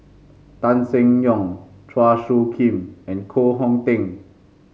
Tan Seng Yong Chua Soo Khim and Koh Hong Teng